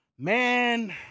Man